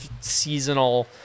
seasonal